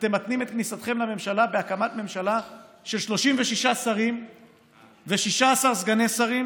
אתם מתנים את כניסתכם לממשלה בהקמת ממשלה של 36 שרים ו-16 סגני שרים